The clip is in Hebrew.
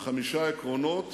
חמישה עקרונות